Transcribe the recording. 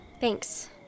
Thanks